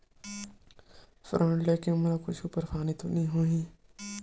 ऋण लेके बाद मोला कुछु परेशानी तो नहीं होही?